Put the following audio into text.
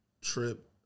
trip